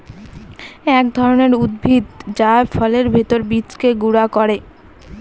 এক ধরনের উদ্ভিদ যা ফলের ভেতর বীজকে গুঁড়া করে